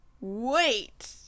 wait